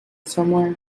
somewhere